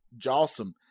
Jawsome